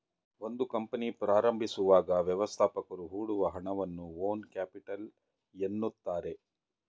ಒಂದು ಕಂಪನಿ ಪ್ರಾರಂಭಿಸುವಾಗ ವ್ಯವಸ್ಥಾಪಕರು ಹೊಡುವ ಹಣವನ್ನ ಓನ್ ಕ್ಯಾಪಿಟಲ್ ಎನ್ನುತ್ತಾರೆ